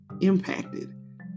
impacted